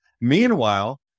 Meanwhile